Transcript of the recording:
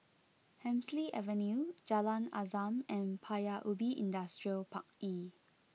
Hemsley Avenue Jalan Azam and Paya Ubi Industrial Park E